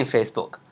Facebook